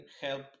help